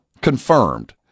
confirmed